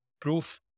proof